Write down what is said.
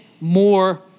more